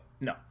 No